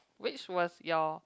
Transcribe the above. which was your